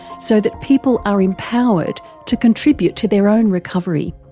so that people are empowered to contribute to their own recovery.